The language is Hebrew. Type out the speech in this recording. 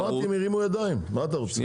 אז אמרתי הם הרימו ידיים מה אתה רוצה?